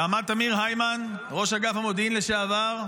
ועמד תמיר הימן, ראש אגף המודיעין לשעבר,